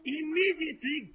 immediately